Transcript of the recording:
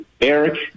Eric